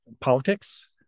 politics